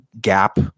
gap